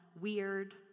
weird